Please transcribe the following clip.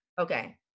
Okay